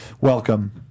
welcome